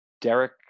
Derek